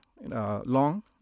long